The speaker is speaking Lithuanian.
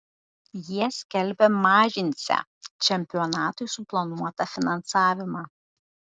jie skelbia mažinsią čempionatui suplanuotą finansavimą